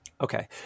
Okay